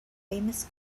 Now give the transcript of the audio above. famous